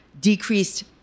decreased